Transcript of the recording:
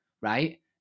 right